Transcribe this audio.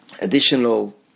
additional